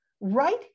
right